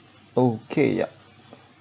okay yup